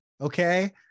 okay